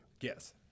Yes